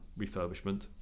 refurbishment